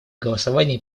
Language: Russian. голосовании